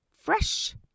fresh